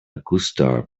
gustar